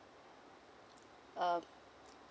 um